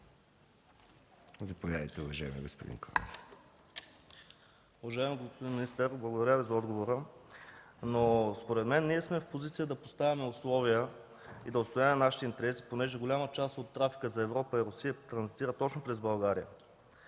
Заповядайте. КИРИЛ КОЛЕВ (Атака): Уважаеми господин министър, благодаря Ви за отговора. Според мен ние сме в позиция да поставяме условия и да отстояваме нашите интереси, понеже голяма част от трафика за Европа и Русия транзитира точно през България